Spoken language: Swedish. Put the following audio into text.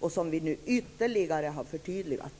och som vi nu ytterligare har förtydligat.